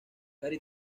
gary